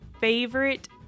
favorite